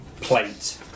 plate